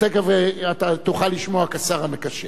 ותיכף תוכל לשמוע, כשר המקשר.